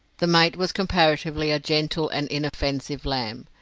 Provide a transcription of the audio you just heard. the mate was comparatively a gentle and inoffensive lamb.